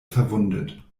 verwundet